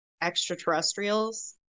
extraterrestrials